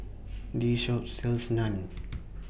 This Shop sells Naan